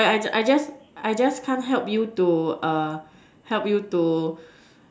but I just I just I just can't help you to help you to